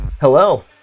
Hello